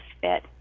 fit